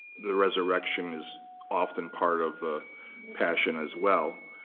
the resurrection is often part of the passion as well.